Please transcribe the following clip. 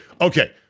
Okay